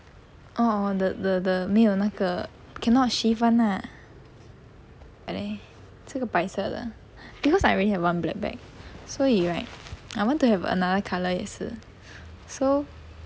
orh orh the the the 没有那个 cannot shift [one] lah ah there 这个白色的 because I already have one black bag 所以 right I want to have another colour 也是 so